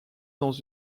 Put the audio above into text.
dans